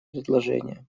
предложение